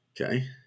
Okay